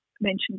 mentioned